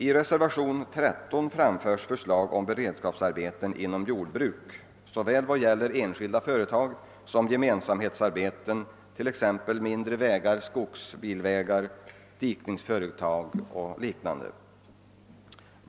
I reservationen 13 framförs förslag om beredskapsarbeten inom jordbruket vad gäller såväl enskilda företag som gemensamhetsarbeten, t.ex. mindre vägar, skogsbilvägar och dikningsföretag.